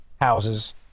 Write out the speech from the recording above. houses